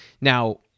now